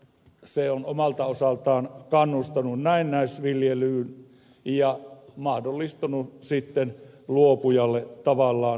se on omalta osaltaan kannustanut näennäisviljelyyn ja mahdollistanut sitten luopujalle tavallaan lisäbonusta